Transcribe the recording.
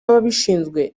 ababishinzwe